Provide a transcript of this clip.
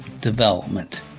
Development